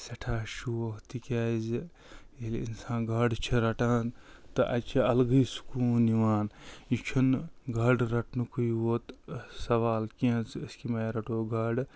سٮ۪ٹھاہ شوق تِکیٛازِ ییٚلہِ اِنسان گاڈٕ چھِ رٹان تہٕ اَتہِ چھِ الگٕے سُکوٗن یِوان یہِ چھُنہٕ گاڈٕ رٹنُکُے یوت سوال کیٚنٛہہ زِ أسۍ کَمہِ آیہِ رَٹو گاڈٕ